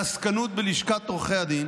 בעסקנות בלשכת עורכי הדין